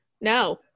No